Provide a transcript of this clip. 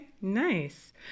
nice